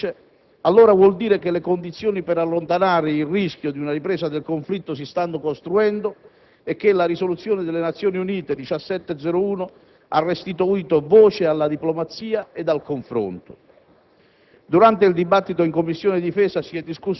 sul cui rilascio l'Iran farà da parte mediatrice, allora vuol dire che le condizioni per allontanare il rischio di una ripresa del conflitto si stanno costruendo e che la risoluzione 1701 del Consiglio di Sicurezza delle Nazioni Unite ha restituito voce alla diplomazia e ad al confronto.